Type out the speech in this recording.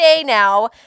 now